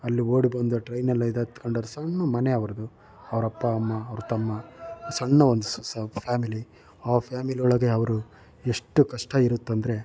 ಅಲ್ಲಿ ಓಡಿ ಬಂದು ಟ್ರೈನಲ್ಲಿ ಇದು ಹತ್ಕೊಂಡು ಅವ್ರ ಸಣ್ಣ ಮನೆ ಅವ್ರದ್ದು ಅವರಪ್ಪ ಅಮ್ಮ ಅವ್ರ ತಮ್ಮ ಸಣ್ಣ ಒಂದು ಸಂಸಾ ಫ್ಯಾಮಿಲಿ ಆ ಫ್ಯಾಮಿಲಿಯೊಳಗೆ ಅವರು ಎಷ್ಟು ಕಷ್ಟ ಇರುತ್ತೆಂದರೆ